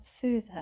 further